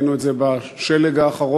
וראינו את זה בשלג האחרון.